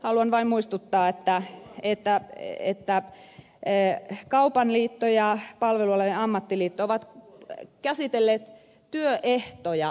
haluan vain muistuttaa että kaupan liitto ja palvelualojen ammattiliitto ovat käsitelleet työehtoja koskevia kysymyksiä